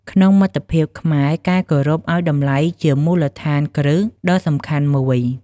ក្នុងមិត្តភាពខ្មែរ ការគោរពឱ្យតម្លៃជាមូលដ្ឋានគ្រឹះដ៏សំខាន់មួយ។